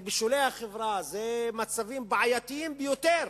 הם בשולי החברה, אלה מצבים בעייתיים ביותר,